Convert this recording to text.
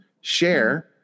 share